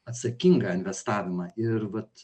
atsakingą investavimą ir vat